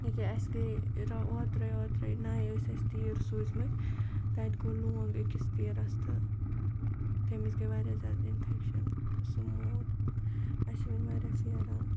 ییٚکیٛاہ اَسہِ گٔے را اوترَے اوترَے ںَیہِ ٲسۍ اَسہِ تیٖر سوٗزمٕتۍ تَتہِ گوٚو لونٛگ أکِس تیٖرَس تہٕ تٔمِس گٔے واریاہ زیادٕ اِنفیٚکشَن تہٕ سُہ موٗد اَسہِ چھِ وۄنۍ واریاہ پھیران